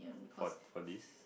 fought for this